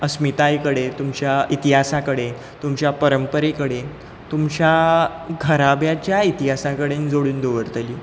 अस्मिताये कडेन तुमच्या इतिहासा कडेन तुमच्या परंपरे कडेन तुमच्या घराब्याच्या इतिहासा कडेन जोडून दवरतली